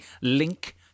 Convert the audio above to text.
link